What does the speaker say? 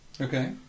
okay